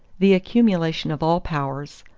the accumulation of all powers,